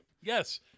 Yes